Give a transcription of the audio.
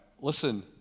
Listen